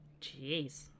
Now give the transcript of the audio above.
jeez